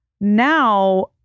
Now